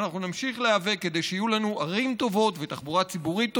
אנחנו נמשיך להיאבק כדי שיהיו לנו ערים טובות ותחבורה ציבורית טובה,